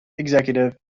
executive